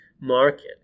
market